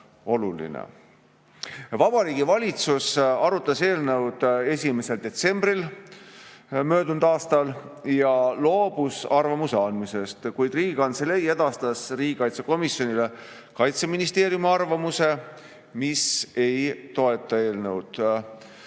Vabariigi Valitsus arutas eelnõu 1. detsembril möödunud aastal ja loobus arvamuse andmisest, kuid Riigikantselei edastas riigikaitsekomisjonile Kaitseministeeriumi arvamuse, mis ei toeta eelnõu.